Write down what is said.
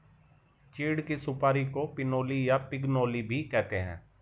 चीड़ की सुपारी को पिनोली या पिगनोली भी कहते हैं